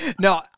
No